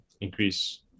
increase